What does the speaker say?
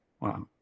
Wow